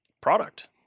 product